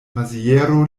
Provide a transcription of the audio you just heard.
maziero